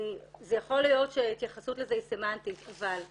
יכול להיות שההתייחסות לזה היא סמנטית, אבל א.